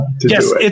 Yes